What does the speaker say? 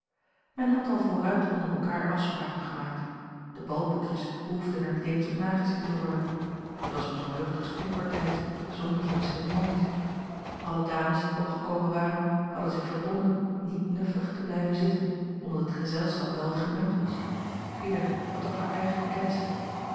men had al vooruit onder elkaar afspraken gemaakt de balboekjes behoefden er niet eens op nagezien te worden het was maar zoo'n luchtig springpartijtje zonder veel ceremonies alle dames die opgekomen waren hadden zich verbonden niet nuffig te blijven zitten omdat het gezelschap wel wat gemengd was ieder had toch hare eigene kennissen